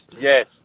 yes